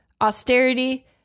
austerity